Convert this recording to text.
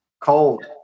cold